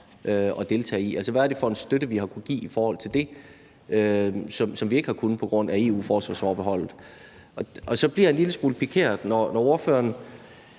at deltage i. Altså, hvad er det for en støtte, vi ville kunne have givet i forhold til det, som vi ikke har kunnet på grund af EU-forsvarsforbeholdet? Så bliver jeg en lille smule pikeret. Jeg tror